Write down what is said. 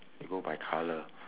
we go by colour